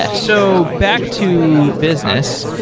ah so back to business,